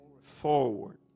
forward